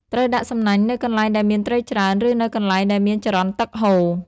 ត្រូវដាក់សំណាញ់នៅកន្លែងដែលមានត្រីច្រើន ឬនៅកន្លែងដែលមានចរន្តទឹកហូរ។